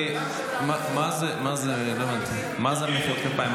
מה זה המחיאות כפיים?